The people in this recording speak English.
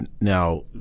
Now